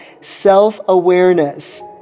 self-awareness